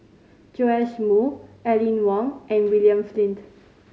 Joash Moo Aline Wong and William Flint